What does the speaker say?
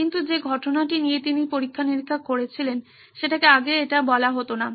কিন্তু যে ঘটনাটি নিয়ে তিনি পরীক্ষা নিরীক্ষা করছিলেন সেটাকে আগে এটা বলা হত না